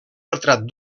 retrat